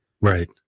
Right